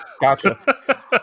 gotcha